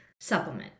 supplement